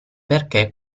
perché